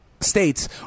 states